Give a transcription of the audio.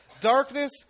darkness